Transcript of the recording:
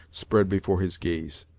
spread before his gaze.